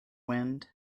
wind